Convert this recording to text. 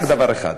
רק דבר אחד,